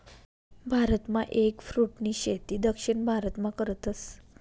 भारतमा एगफ्रूटनी शेती दक्षिण भारतमा करतस